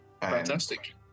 fantastic